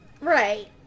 Right